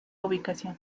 ubicación